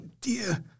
dear